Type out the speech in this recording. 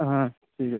হ্যাঁ ঠিক আছে